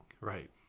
right